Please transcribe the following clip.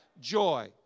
joy